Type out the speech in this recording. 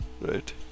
right